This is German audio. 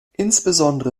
insbesondere